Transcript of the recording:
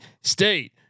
State